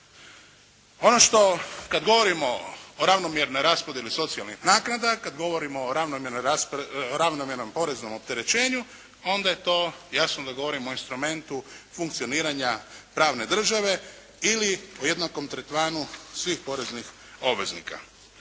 Ono što, kad govorimo o ravnomjernoj raspodjeli socijalnih naknada, kad govorimo o ravnomjernom poreznom opterećenju, onda je to, jasno, da govorimo o instrumentu funkcioniranja pravne države ili o jednakom tretmanu svih poreznih obveznika.